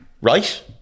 Right